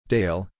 Dale